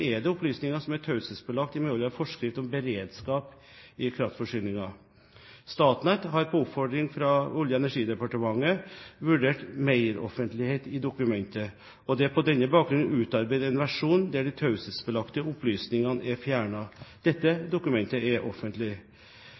er det opplysninger som er taushetsbelagte i medhold av forskrift om beredskap i kraftforsyningen. Statnett har på oppfordring fra Olje- og energidepartementet vurdert meroffentlighet i dokumentet, og det er på denne bakgrunn utarbeidet en versjon der de taushetsbelagte opplysningene er fjernet. Dette dokumentet er offentlig.